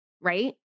right